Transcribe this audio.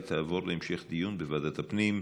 והיא תעבור להמשך דיון בוועדת הפנים.